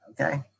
okay